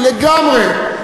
לגמרי.